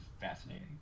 fascinating